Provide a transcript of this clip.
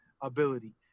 ability